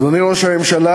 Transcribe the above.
אדוני ראש הממשלה,